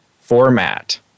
format